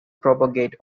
propagate